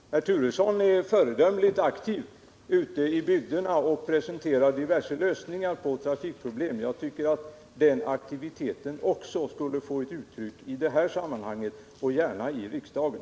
Herr Turesson är ju föredömligt aktiv ute i bygderna, där han presenterar diverse lösningar på olika trafikproblem. Den aktiviteten borde också få ett uttryck i det här sammanhanget och gärna i riksdagen.